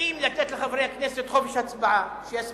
תסכים לתת לחברי הכנסת חופש הצבעה, שיצביעו,